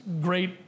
great